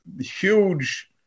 huge